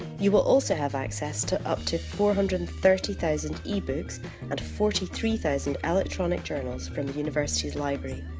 you will also have access to up to four hundred and thirty thousand ebooks and forty three thousand electronic journals from the university's library,